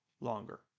longer